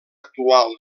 actual